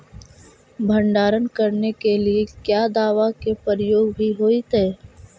भंडारन करने के लिय क्या दाबा के प्रयोग भी होयतय?